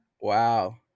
Wow